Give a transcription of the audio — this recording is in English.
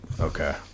Okay